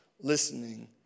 listening